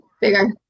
bigger